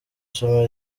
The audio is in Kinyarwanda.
somo